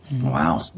Wow